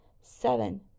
Seven